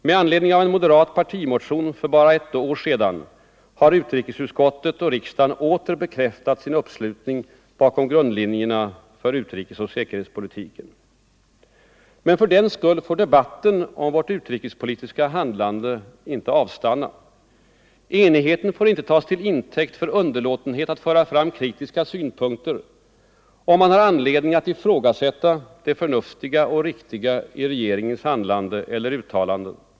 Med anledning av en moderat partimotion för bara ett år sedan har utrikesutskottet och riksdagen åter bekräftat sin uppslutning bakom grundlinjerna för utrikesoch säkerhetspolitiken. Men fördenskull får debatten om vårt utrikespolitiska handlande inte avstanna. Enigheten får inte tas till intäkt för underlåtenhet att föra fram kritiska synpunkter, om man har anledning att ifrågasätta det förnuftiga och riktiga i regeringens handlande eller uttalanden.